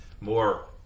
more